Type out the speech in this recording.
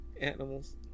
Animals